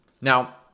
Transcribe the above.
Now